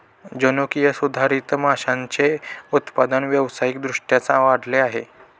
जनुकीय सुधारित माशांचे उत्पादन व्यावसायिक दृष्ट्या वाढले आहे